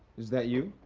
is that you?